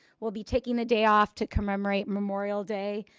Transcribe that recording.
we'll be taking the day off to commemorate memorial day.